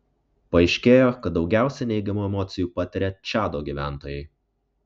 paaiškėjo kad daugiausiai neigiamų emocijų patiria čado gyventojai